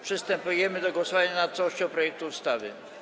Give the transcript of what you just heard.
Przystępujemy do głosowania nad całością projektu ustawy.